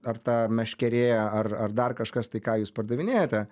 ar ta meškerė ar ar dar kažkas tai ką jūs pardavinėjate